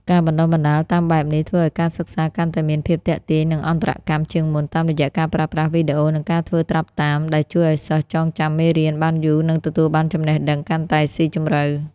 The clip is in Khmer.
ការបណ្តុះបណ្តាលតាមបែបនេះធ្វើឱ្យការសិក្សាកាន់តែមានភាព ទាក់ទាញ និងអន្តរកម្ម ជាងមុន តាមរយៈការប្រើប្រាស់វីដេអូ និងការធ្វើត្រាប់តាម ដែលជួយឱ្យសិស្សចងចាំមេរៀនបានយូរនិងទទួលបានចំណេះដឹងកាន់តែស៊ីជម្រៅ។